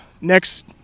next